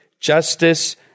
justice